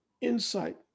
insight